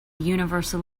universal